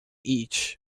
each